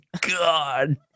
god